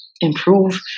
improve